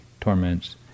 torments